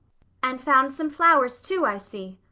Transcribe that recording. and found some flowers too, i see.